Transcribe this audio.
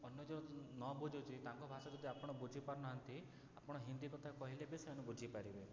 ଅନ୍ୟ ଯିଏ ନ ବୁଝୁଛି ତାଙ୍କ ଭାଷା ଯଦି ଆପଣ ବୁଝି ପାରୁନାହାନ୍ତି ଆପଣ ହିନ୍ଦୀ କଥା କହିଲେ ବି ସେମାନେ ବୁଝିପାରିବେ